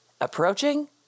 approaching